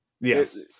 yes